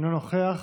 אינו נוכח.